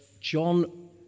john